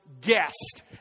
guest